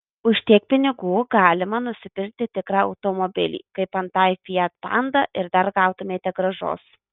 už tiek pinigų galima nusipirkti tikrą automobilį kaip antai fiat panda ir dar gautumėte grąžos